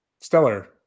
stellar